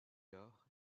lors